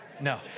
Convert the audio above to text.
No